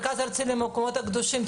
המרכז הארצי למקומות הקדושים,